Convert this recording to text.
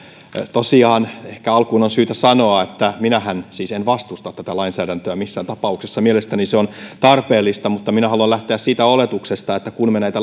tosiaan ehkä alkuun on syytä sanoa että minähän siis en vastusta tätä lainsäädäntöä missään tapauksessa ja mielestäni se on tarpeellista mutta minä haluan lähteä siitä oletuksesta että kun me näitä